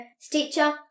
Stitcher